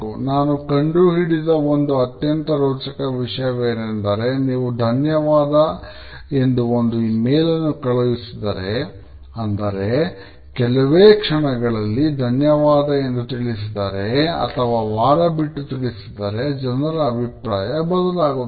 ನಾನು ಕಂಡು ಹಿಡಿದ ಒಂದು ಅತ್ಯಂತ ರೋಚಕ ವಿಷಯವೇನೆಂದರೆ ನೀವು ಧನ್ಯವಾದ ಎಂದು ಒಂದುಈ ಮೇಲ್ ಅನ್ನು ಕಳುಹಿಸಿದರೆ ಅಂದರೆ ಕೆಲವೇ ಕ್ಷಣಗಳಲ್ಲಿ ಧನ್ಯವಾದ ತಿಳಿಸಿದರೆ ಅಥವಾ ವಾರ ಬಿಟ್ಟು ತಿಳಿಸಿದರೆ ಜನರ ಅಭಿಪ್ರಾಯ ಬದಲಾಗುತ್ತದೆ